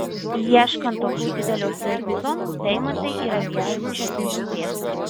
ieškant tokių didelio slėgio zonų deimantai yra vienas iš esminių pėdsakų